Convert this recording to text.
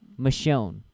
Michonne